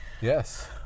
Yes